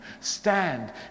Stand